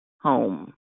home